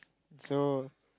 so